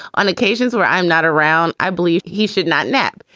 on occasions where i'm not around, i believe he should not nap.